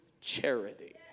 charity